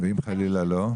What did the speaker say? ואם חלילה לא?